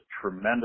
tremendous